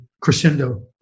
crescendo